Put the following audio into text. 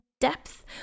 depth